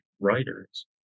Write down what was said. writers